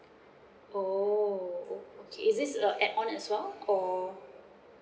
oh okay is this a add on as well or